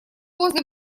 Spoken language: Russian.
возле